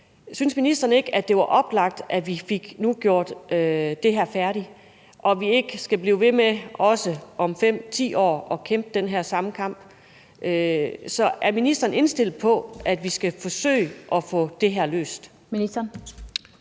Synes ministeren ikke, at det ville være oplagt, at vi nu fik gjort det her færdigt, og at vi ikke skal blive ved med om 5-10 år at kæmpe den samme kamp? Så er ministeren indstillet på, at vi skal forsøge at få det her løst?